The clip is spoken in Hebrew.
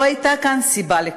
לא הייתה כאן סיבה לכך.